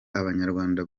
abanyarwanda